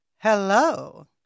Hello